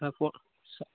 ah phone sir